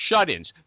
shut-ins